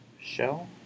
show